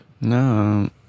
No